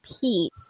Pete